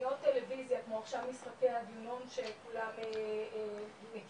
תוכניות טלוויזיה כמו עכשיו משחקי הדיונון שכולם מכירים,